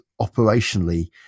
operationally